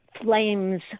flames